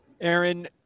Aaron